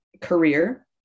career